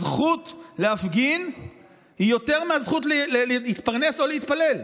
הזכות להפגין היא יותר מהזכות להתפרנס או להתפלל?